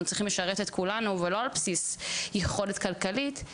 צריכים לשרת את כולנו ולא על בסיס יכולת כלכלית.